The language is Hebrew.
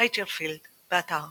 רייצ'ל פילד, באתר